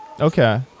Okay